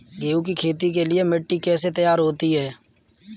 गेहूँ की खेती के लिए मिट्टी कैसे तैयार होती है?